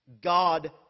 God